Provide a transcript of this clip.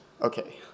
Okay